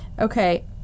Okay